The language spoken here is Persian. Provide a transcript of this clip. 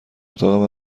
اتاق